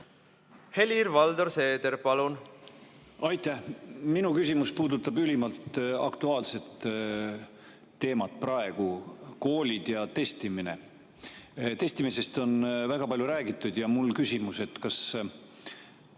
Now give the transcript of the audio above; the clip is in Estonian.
Helir-Valdor Seeder. Aitäh! Minu küsimus puudutab ülimalt aktuaalset teemat: koolid ja testimine. Testimisest on väga palju räägitud. Mul on küsimus, kas